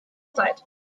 zeit